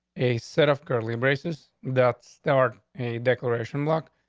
a set of curly braces that start a declaration luck.